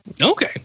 Okay